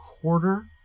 quarter